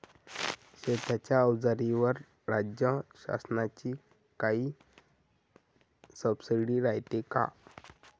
शेतीच्या अवजाराईवर राज्य शासनाची काई सबसीडी रायते का?